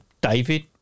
David